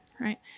right